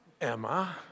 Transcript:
Emma